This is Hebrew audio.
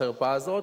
החרפה הזאת,